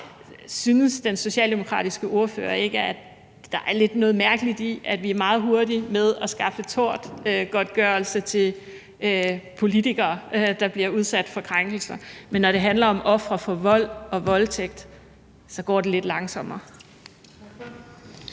Synes den socialdemokratiske ordfører ikke, at der er noget lidt mærkeligt i, at vi er meget hurtige med at skaffe tortgodtgørelse til politikere, der bliver udsat for krænkelser, men når det handler om ofre for vold og voldtægt, går det lidt langsommere?